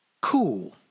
cool